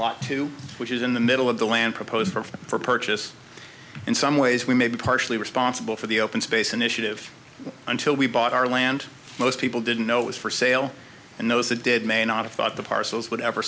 lot two which is in the middle of the land proposed for purchase in some ways we may be partially responsible for the open space initiative until we bought our land most people didn't know it was for sale and those that did may not have thought the parcels w